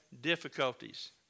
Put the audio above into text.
difficulties